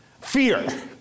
Fear